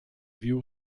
view